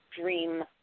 dream